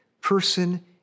person